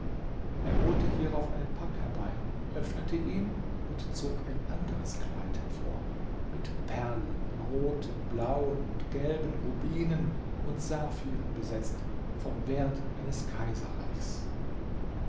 er holte hierauf einen pack herbei öffnete ihn und zog ein anderes kleid hervor mit perlen roten blauen und gelben rubinen und saphiren besetzt vom wert eines kaiserreichs